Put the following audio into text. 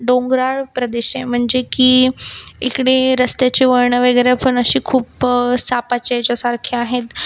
डोंगराळ प्रदेश आहे म्हणजे की इकडे रस्त्याची वळणं वगैरेपण असे खूप सापाच्या याच्यासारखे आहेत